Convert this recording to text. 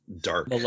dark